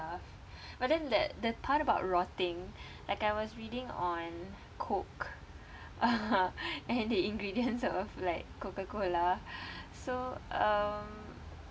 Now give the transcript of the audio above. stuff but then that the part about rotting like I was reading on coke uh and the ingredients of like Coca Cola so um